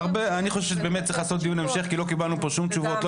אני חושב שבאמת צריך לעשות דיון המשך כי לא קיבלנו פה שום תשובות,